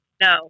No